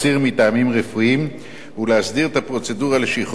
ואני אמנה את הצבעתו,